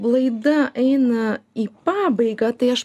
laida eina į pabaigą tai aš